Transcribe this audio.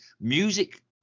music